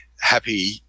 happy